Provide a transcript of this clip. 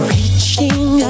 Reaching